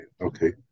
Okay